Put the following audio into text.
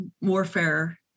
warfare